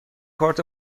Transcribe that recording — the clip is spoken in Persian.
کارت